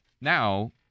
Now